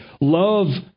Love